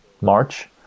March